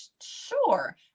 sure